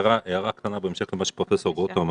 הערה קטנה בהמשך לדבריו של פרופ' גרוטו,